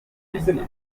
bwigenge